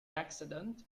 accident